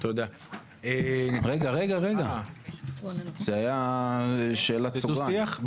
רגע, זה היה שאלת סוגריים.